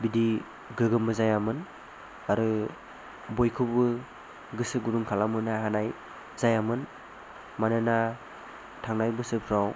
बिदि गोग्गोमबो जायामोन आरो बयखौबो गोसो गुदुं खालाम होनो हानाय जायामोन मानोना थांनाय बोसोरफोराव